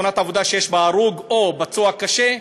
תאונת עבודה שיש בה הרוג או פצוע קשה,